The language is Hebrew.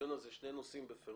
בדיון הזה שני נושאים בפירוש,